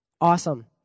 Awesome